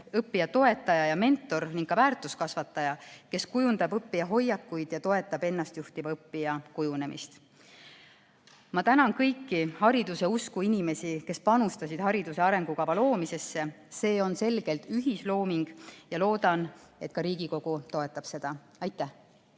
õppija toetaja ja mentor ning ka väärtuskasvataja, kes kujundab õppija hoiakuid ja toetab ennastjuhtiva õppija kujunemist. Ma tänan kõiki hariduse usku inimesi, kes panustasid hariduse arengukava loomisesse. See on selgelt ühislooming. Loodan, et ka Riigikogu toetab seda. Aitäh!